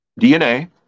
dna